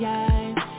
eyes